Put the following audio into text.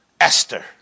Esther